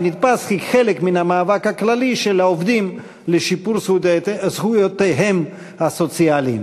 ונתפס כחלק מהמאבק הכללי של העובדים לשיפור זכויותיהם הסוציאליות.